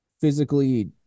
physically